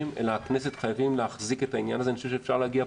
אלא חייבים להחזיק את העניין הזה בכנסת.